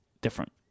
different